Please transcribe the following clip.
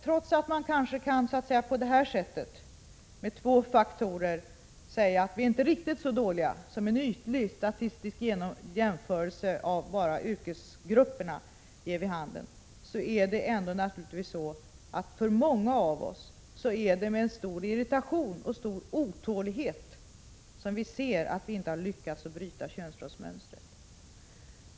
Trots att man kan peka på dessa två faktorer och säga att vi inte är riktigt så dåliga som en ytlig statistisk jämförelse av enbart yrkesgrupperna ger vid handen, ser naturligtvis ändå många av oss med stor irritation och stor otålighet att vi inte har lyckats bryta könsrollsmönstret.